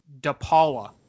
Dapala